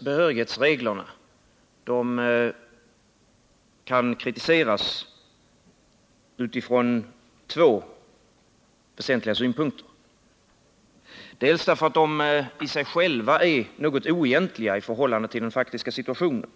behörighetsreglerna kan kritiseras utifrån två väsentliga synpunkter. Den första är att de i sig själva är något oegentliga i förhållande till den faktiska situationen.